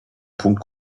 punkt